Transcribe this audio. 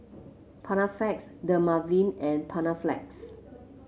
Panaflex Dermaveen and Panaflex